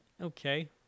okay